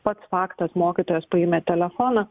pats faktas mokytojas paėmė telefoną